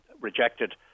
rejected